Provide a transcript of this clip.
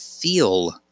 feel